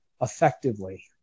effectively